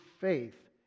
faith